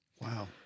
Wow